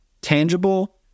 tangible